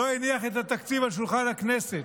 לא הניח את התקציב על שולחן הכנסת?